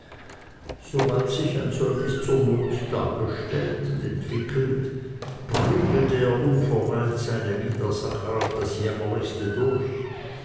sobald sich ein solches zur not dargestellt und entwickelt prügelte er unverweilt seine widersacher auf das jämmerlichste durch